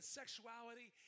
sexuality